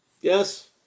Yes